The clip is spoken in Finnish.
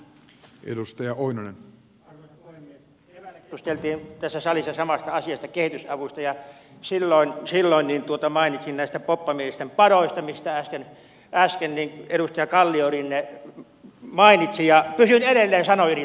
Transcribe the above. keväällä keskusteltiin tässä salissa samasta asiasta kehitysavusta ja silloin mainitsin näistä poppamiesten padoista mistä äsken edustaja kalliorinne mainitsi ja pysyn edelleen sanojeni takana